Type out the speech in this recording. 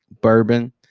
bourbon